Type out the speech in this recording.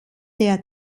der